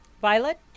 Violet